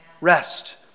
Rest